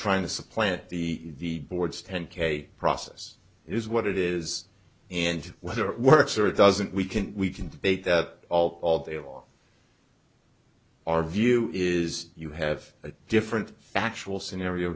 trying to supplant the board's ten k process is what it is and whether it works or doesn't we can we can debate that all day long our view is you have a different factual scenario